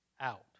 out